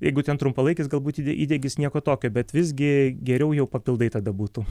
jeigu ten trumpalaikis galbūt įdegis nieko tokio bet visgi geriau jau papildai tada būtų